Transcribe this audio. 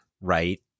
right